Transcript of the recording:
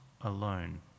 alone